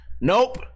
Nope